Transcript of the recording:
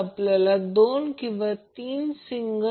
P2 Vcb Ic cos30° पाहिजे